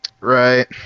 right